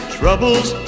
troubles